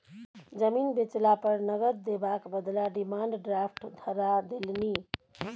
जमीन बेचला पर नगद देबाक बदला डिमांड ड्राफ्ट धरा देलनि